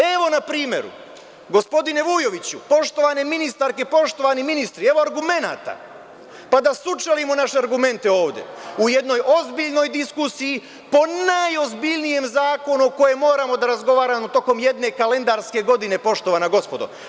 Evo na primeru, gospodine Vujoviću, poštovane ministarke i poštovani ministri, evo argumenata, pa da sučelimo naše argumente ovde u jednoj ozbiljnoj diskusiji o najozbiljnijem zakonu o kojem moramo da razgovaramo tokom jedne kalendarske godine, poštovana gospodo.